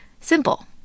Simple